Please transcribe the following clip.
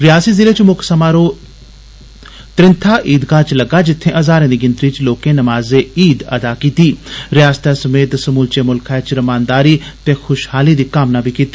रियासी जिले च मुक्ख समारोह त्रिंथा ईदगाह च लग्गा जित्थे हजारें दी गिनतरी च लोकें नमाज ए ईद अदा कीती ते रयासतै समेत समूलचै मुल्खै च रमानदारी ते खुषहाली दी कामना कीती